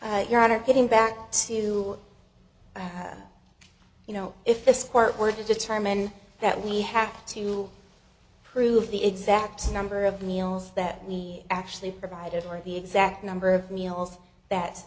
do your honor getting back to you know if this court were to determine that we have to prove the exact number of meals that we actually provided or the exact number of meals that